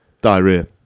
Diarrhea